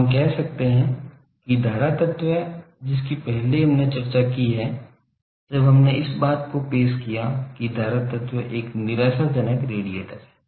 तो हम कह सकते हैं कि धारा तत्व जिसकी पहले हमने चर्चा की है जब हमने इस बात को पेश किया कि धारा तत्व एक निराशाजनक रेडिएटर है